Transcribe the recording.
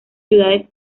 ciudades